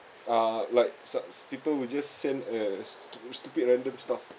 uh like sa~ people will just send a stu~ stupid random stuff